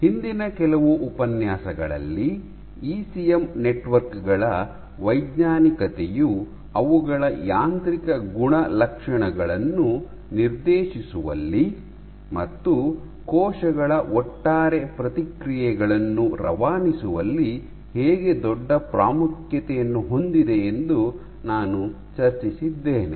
ಹಿಂದಿನ ಕೆಲವು ಉಪನ್ಯಾಸಗಳಲ್ಲಿ ಇಸಿಎಂ ನೆಟ್ವರ್ಕ್ ಗಳ ವೈಜ್ಞಾನಿಕತೆಯು ಅವುಗಳ ಯಾಂತ್ರಿಕ ಗುಣಲಕ್ಷಣಗಳನ್ನು ನಿರ್ದೇಶಿಸುವಲ್ಲಿ ಮತ್ತು ಕೋಶಗಳ ಒಟ್ಟಾರೆ ಪ್ರತಿಕ್ರಿಯೆಗಳನ್ನು ರವಾನಿಸುವಲ್ಲಿ ಹೇಗೆ ದೊಡ್ಡ ಪ್ರಾಮುಖ್ಯತೆಯನ್ನು ಹೊಂದಿದೆ ಎಂದು ನಾನು ಚರ್ಚಿಸಿದ್ದೇನೆ